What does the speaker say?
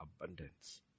abundance